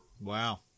Wow